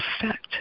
effect